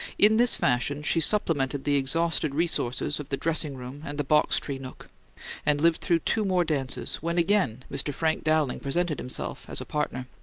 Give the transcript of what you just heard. in this fashion she supplemented the exhausted resources of the dressing-room and the box-tree nook and lived through two more dances, when again mr. frank dowling presented himself as a partner.